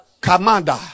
Commander